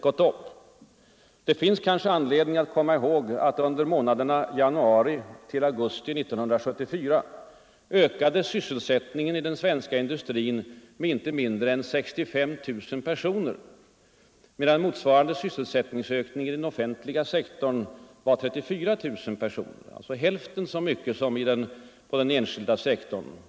Under månaderna januari till augusti 1974 = det finns anledning att komma ihåg detta — ökade sysselsättningen i den svenska industrin med inte mindre än 65 000 personer, medan motsvarande sysselsättningsökning i den offentliga sektorn var 34 000 personer, alltså en ökning med endast hälften så mycket som inom den enskilda sektorn.